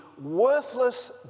worthless